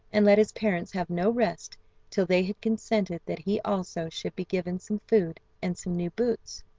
and let his parents have no rest till they had consented that he also should be given some food and some new boots,